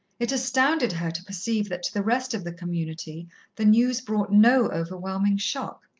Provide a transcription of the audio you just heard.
it astounded her to perceive that to the rest of the community the news brought no overwhelming shock.